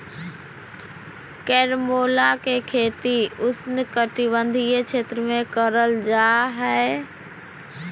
carambola के खेती उष्णकटिबंधीय क्षेत्र में करल जा हय